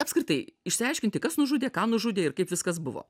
apskritai išsiaiškinti kas nužudė ką nužudė ir kaip viskas buvo